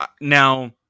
Now